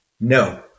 No